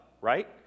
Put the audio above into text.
right